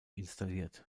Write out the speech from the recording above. installiert